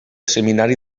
seminari